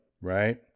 right